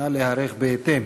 נא להיערך בהתאם.